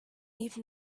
even